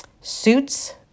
Suits